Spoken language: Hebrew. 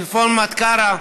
"רפורמת קרא"